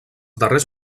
darrers